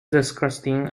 disgusting